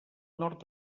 nord